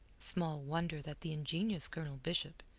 small wonder that the ingenious colonel bishop,